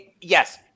yes